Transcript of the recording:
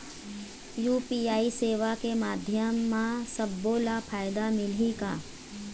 UPI सेवा के माध्यम म सब्बो ला फायदा मिलही का?